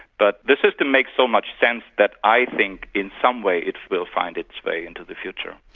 but the system makes so much sense that i think in some way it will find its way into the future.